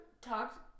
talked